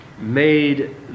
made